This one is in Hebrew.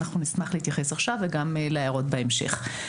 אנחנו נשמח להתייחס עכשיו וגם לשאלות בהמשך.